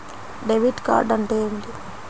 Debit card అంటే ఏమిటి?